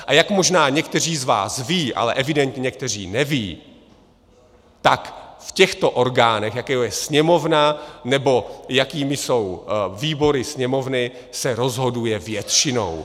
A jak možná někteří z vás vědí, ale evidentně někteří nevědí, tak v těchto orgánech, jako je Sněmovna, nebo jakými jsou výbory Sněmovny, se rozhoduje většinou.